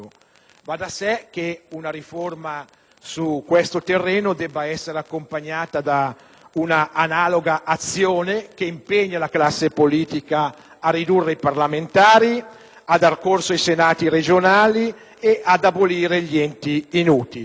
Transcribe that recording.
Va da sé che una riforma su questo terreno debba essere accompagnata da una analoga azione che impegna la classe politica a ridurre i parlamentari, a dar corso ai senati regionali e ad abolire gli enti inutili.